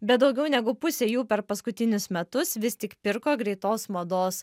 bet daugiau negu pusė jų per paskutinius metus vis tik pirko greitos mados